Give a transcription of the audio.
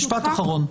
משפט אחרון.